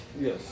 Yes